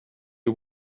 you